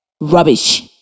Rubbish